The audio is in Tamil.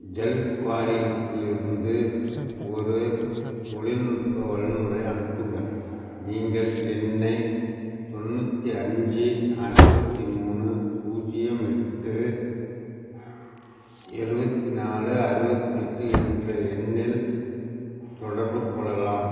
ஜல் வாரியத்திலிருந்து ஒரு தொழில்நுட்ப வல்லுநரை அனுப்புங்கள் நீங்கள் என்னை தொண்ணூற்றி அஞ்சு அறுபத்தி மூணு பூஜ்ஜியம் எட்டு எழுவத்தி நாலு அறுபத்தெட்டு என்ற எண்ணில் தொடர்புக் கொள்ளலாம்